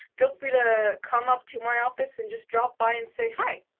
feel free to come up to my office and just drop by and say hi!